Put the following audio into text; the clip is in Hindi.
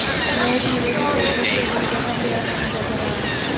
यह एक निवेदित तरीके की उद्यमिता का पर्याय माना जाता रहा है